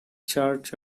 church